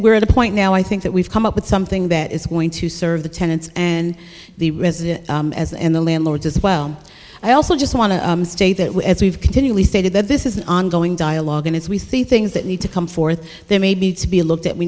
we're at a point now i think that we've come up with something that is going to serve the tenants and the residents as and the landlords as well i also just want to stay that way as we've continually stated that this is an ongoing dialogue and as we see things that need to come forth they may be to be looked at we